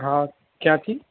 હા ક્યાંથી